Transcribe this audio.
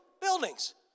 buildings